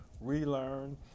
relearn